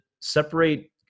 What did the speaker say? separate